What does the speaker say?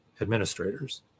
administrators